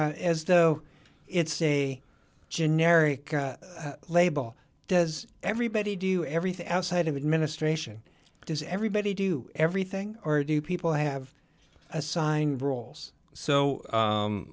as though it's a generic label does everybody do everything outside of administration does everybody do everything or do people have assigned roles so